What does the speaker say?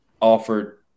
offered